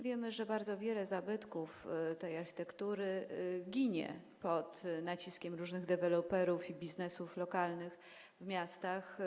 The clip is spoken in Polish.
Wiemy, że bardzo wiele zabytków tej architektury ginie pod naciskiem różnych deweloperów i biznesów lokalnych w miastach.